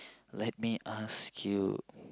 let me ask you